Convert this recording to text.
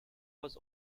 was